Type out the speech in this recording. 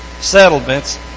settlements